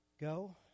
go